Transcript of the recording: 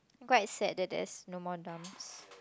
quite sad that there's no more dumb